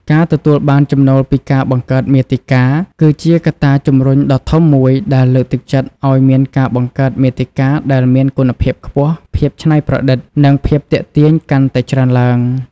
ការទទួលបានចំណូលពីការបង្កើតមាតិកា គឺជាកត្តាជំរុញដ៏ធំមួយដែលលើកទឹកចិត្តឱ្យមានការបង្កើតមាតិកាដែលមានគុណភាពខ្ពស់ ភាពច្នៃប្រឌិត និងភាពទាក់ទាញកាន់តែច្រើនឡើង។